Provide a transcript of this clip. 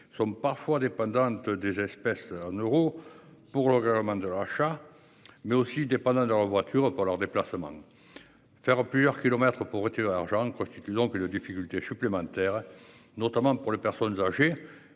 Sont parfois dépendante des espèces en euros. Pour le gouvernement de rachat mais aussi dépendant de leur voiture pour leurs déplacements. Faire plusieurs kilomètres pour voitures argent constitue donc le difficulté supplémentaire notamment pour les personnes âgées